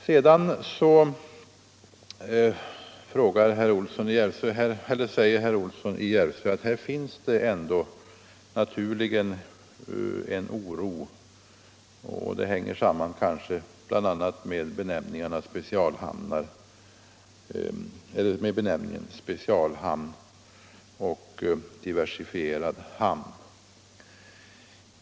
Sedan sade herr Olsson att här finns det ändå en oro, som kanske bl.a. sammanhänger med benämningarna specialhamn och diversifierad hamn.